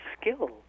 skill